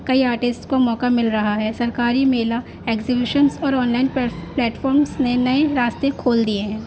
کئی آرٹسٹ کو موقع مل رہا ہے سرکاری میلہ ایگزیبیشنس اور آن لائن پلیٹفارمس نے نئے راستے کھول دیئے ہیں